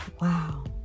Wow